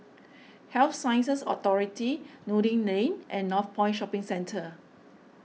Health Sciences Authority Noordin Lane and Northpoint Shopping Centre